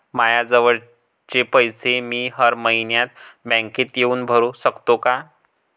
मायाजवळचे पैसे मी हर मइन्यात बँकेत येऊन भरू सकतो का?